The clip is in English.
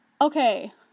Okay